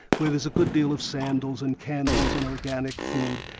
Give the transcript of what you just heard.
where there's a good deal of sandals and candles and organic food,